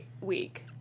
week